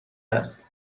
است